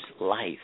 life